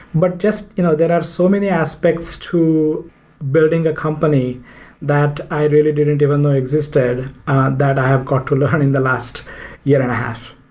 but just you know there are so many aspects to building a company that i really didn't even know existed that i have got to learn in the last year and a half.